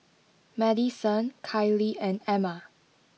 Madyson Kiley and Amma